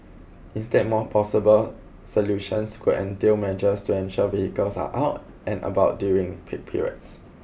instead more plausible solutions could entail measures to ensure vehicles are out and about during peak periods